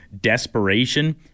desperation